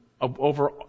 over